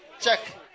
check